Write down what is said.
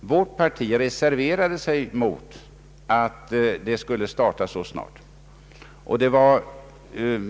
Vårt parti reserverade sig mot att reformen skulle genomföras så snart.